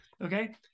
Okay